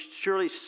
surely